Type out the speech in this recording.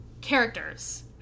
characters